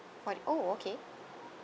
what oh okay